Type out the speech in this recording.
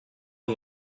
non